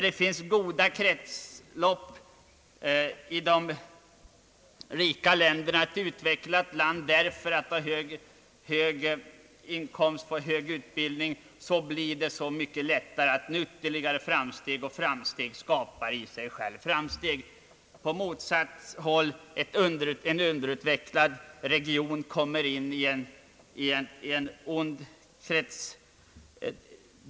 Det finns goda kretslopp i rika och utvecklade länder, därför att höga inkomster och hög utbildning lättare möjliggör ytterligare framsteg. Framsteg skapar i sig självt framsteg. Det motsatta förhållandet gäller för en underutvecklad region som alltså kommer in i ett ont kretslopp.